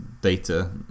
Data